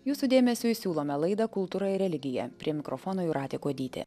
jūsų dėmesiui siūlome laidą kultūra ir religija prie mikrofono jūratė kuodytė